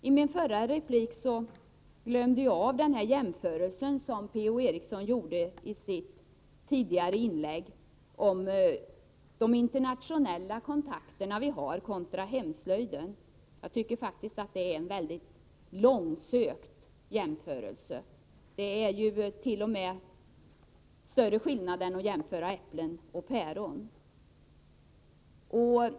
I min förra replik glömde jag att ta upp Per-Ola Erikssons jämförelse mellan våra internationella kontakter och hemslöjden. Jag tycker faktiskt att det är en mycket långsökt jämförelse; det är t.o.m. värre än att jämföra äpplen och päron.